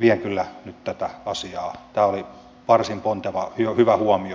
vien kyllä nyt tätä asiaa tämä oli varsin ponteva ja hyvä huomio eteenpäin